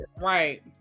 right